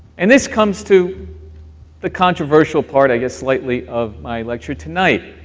and this comes to the controversial part, i guess slightly, of my lecture tonight,